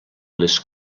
les